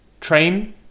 Train